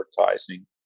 advertising